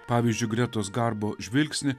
pavyzdžiui gretos garbo žvilgsnį